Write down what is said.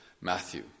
Matthew